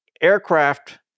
aircraft